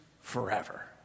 forever